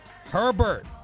Herbert